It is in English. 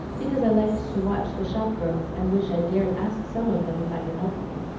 because i liked to watch the shop-girls, and wish i dared ask some of them if i could help them.